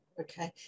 Okay